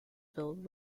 filled